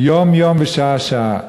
יום-יום ושעה-שעה.